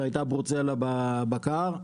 כשהייתה ברוצלה בבקר,